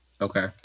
Okay